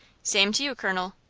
same to you, colonel,